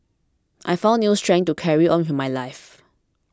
I found new strength to carry on who my life